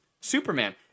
superman